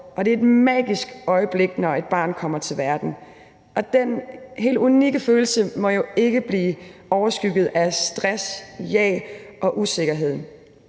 det er et magisk øjeblik, når et barn kommer til verden, og den helt unikke følelse må jo ikke blive overskygget af stress, jag og usikkerhed.